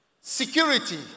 security